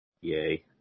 Yay